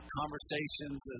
conversations